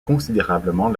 considérablement